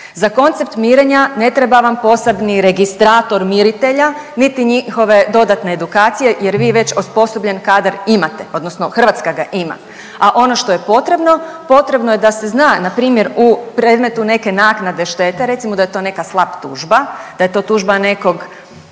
Za koncept mirenja ne treba vam posebni registrator miritelja niti njihove dodatne edukacije jer vi već osposobljen kada imate, odnosno Hrvatska ga ima, a ono što je potrebno, potrebno je da se zna npr. u predmetu neke naknade štete, recimo da je to neka SLAPP tužba, da je to tužba nekog